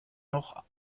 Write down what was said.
noch